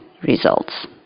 results